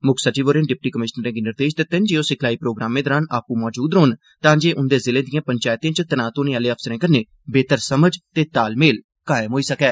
मुक्ख सचिव होरें डिप्टी कमिशनरें गी निर्देश दित्ते न जे ओह् सिखलाई प्रोग्रामें दौरान आपू मौजूद रौह्न तांजे उंदे जिलें दिए पंचैतें च तैनात होने आहले अफसरें कन्नै बेहतर समझ ते तालमेल कायम होई सकै